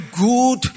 good